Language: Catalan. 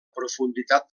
profunditat